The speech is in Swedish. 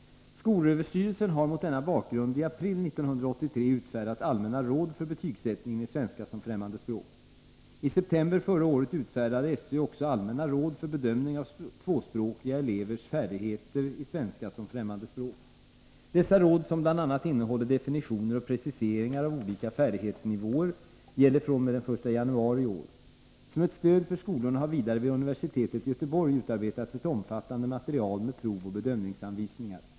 Skolöverstyrelsen har mot denna bakgrund i april 1983 utfärdat allmänna råd för betygsättningen i svenska som främmande språk. I september förra året utfärdade SÖ också allmänna råd för bedömning av tvåspråkiga elevers färdigheter i svenska som främmande språk. Dessa råd som bl.a. innehåller definitioner och preciseringar av olika färdighetsnivåer gäller fr.o.m. den 1 januari i år. Som ett stöd för skolorna har vidare vid universitetet i Göteborg utarbetats ett omfattande material med prov och bedömningsanvisningar.